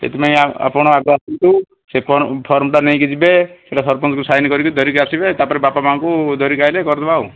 ସେଥିପାଇଁ ଆ ଆପଣ ଆଗ ଆସନ୍ତୁ ସେ ଫର୍ମ୍ଟା ନେଇକି ଯିବେ ସେଇଟା ସରପଞ୍ଚକୁ ସାଇନ୍ କରିକି ଧରିକି ଆସିବେ ତା'ପରେ ବାପା ମାଆଙ୍କୁ ଧରିକି ଆସିଲେ କରିଦେବା ଆଉ